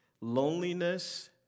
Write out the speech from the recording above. loneliness